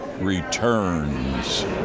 Returns